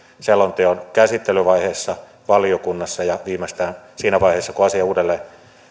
selonteon käsittelyvaiheessa valiokunnassa ja viimeistään siinä vaiheessa kun asia uudelleen